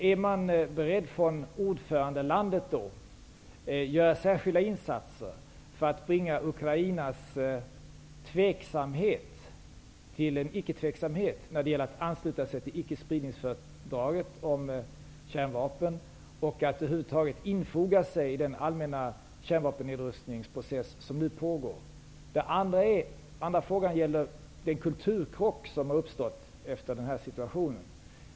Är man beredd från ordförandelandet att göra särskilda insatser för att bringa Ukrainas tveksamhet till en icketveksamhet när det gäller att ansluta sig till ickespridningsfördraget om kärnvapen och att över huvud taget infoga sig i den allmänna kärnvapennedrustningsprocess som nu pågår? Den andra frågan gäller den kulturkrock som uppstått i denna situation.